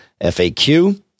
FAQ